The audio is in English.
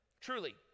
Truly